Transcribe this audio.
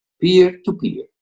peer-to-peer